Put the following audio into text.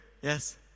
yes